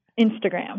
Instagram